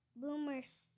Boomers